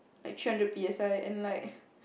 like three hundred P_S_I and like